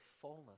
fullness